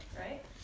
right